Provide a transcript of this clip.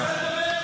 ברצח נשים?